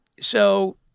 So-